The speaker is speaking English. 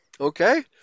Okay